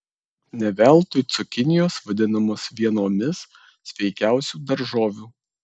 ne veltui cukinijos vadinamos vienomis sveikiausių daržovių